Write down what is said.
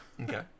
Okay